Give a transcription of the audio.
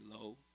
low